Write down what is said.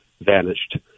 vanished